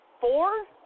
four